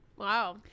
Wow